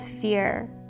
fear